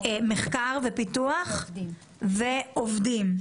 מחקר ופיתוח ועובדים.